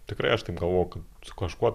tikrai aš taip galvojau su kažkuo